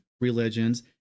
religions